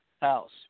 house